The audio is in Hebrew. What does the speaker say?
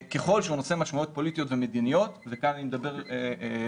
ככל שהנושא הוא עם משמעויות פוליטיות ומדיניות וכאן אני מדבר בכובעי